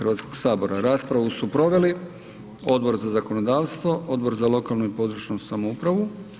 Raspravu su proveli Odbor za zakonodavstvo, Odbor za lokalnu i područnu samoupravu.